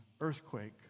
earthquake